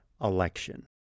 election